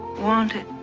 wanted,